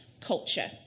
culture